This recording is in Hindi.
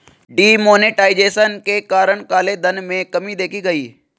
डी मोनेटाइजेशन के कारण काले धन में कमी देखी गई